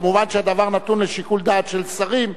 מובן שהדבר נתון לשיקול דעת של שרים,